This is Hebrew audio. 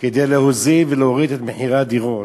כדי להוריד ולהוזיל את מחירי הדירות,